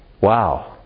Wow